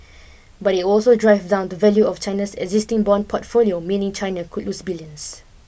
but it also drive down the value of China's existing bond portfolio meaning China could lose billions